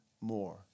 more